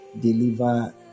deliver